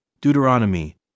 Deuteronomy